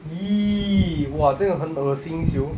!ee! !wah! 这个很恶心 [siol]